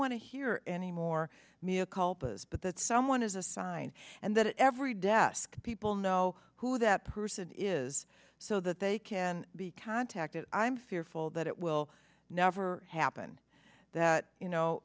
want to hear any more me a call but that someone is assigned and that every desk people know who that person is so that they can be contacted i'm fearful that it will never happen that you know